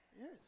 Yes